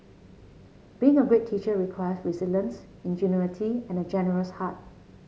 being a great teacher requires resilience ingenuity and a generous heart